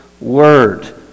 word